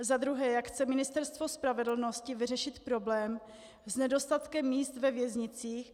Za druhé, jak chce Ministerstvo spravedlnosti vyřešit problém s nedostatkem míst ve věznicích?